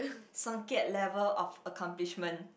Song-Kiat level of accomplishment